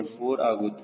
4 ಆಗುತ್ತದೆ